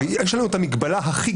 רציתי להרחיב על ההתגברות.